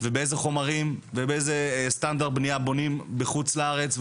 ובאיזה חומרים ובאיזה סטנדרט בנייה בונים בחוץ לארץ,